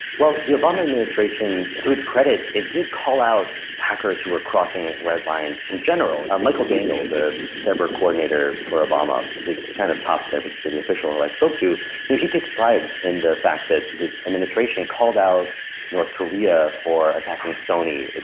well, the obama administration, to its credit, it did call out hackers who were crossing red lines in general. ah michael daniel, the cyber coordinator for obama, his kind of top cyber security official that i spoke to, and yeah he takes pride in the fact that his administration called out north korea for attacking sony.